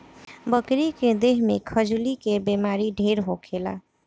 बकरी के देह में खजुली के बेमारी ढेर होखेला